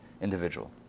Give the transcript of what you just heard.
individual